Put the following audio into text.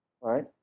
right